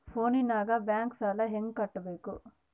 ಫೋನಿನಾಗ ಬ್ಯಾಂಕ್ ಸಾಲ ಹೆಂಗ ಕಟ್ಟಬೇಕು?